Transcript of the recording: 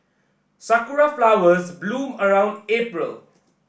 sakura flowers bloom around April